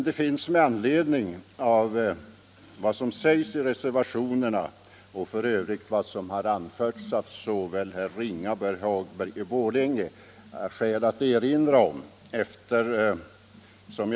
Det finns med anledning av vad som sägs i reservationerna och f. ö. vad som har anförts av såväl herr Ringaby som herr Hagberg i Borlänge skäl att erinra om ett par saker.